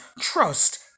trust